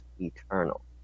eternal